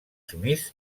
smith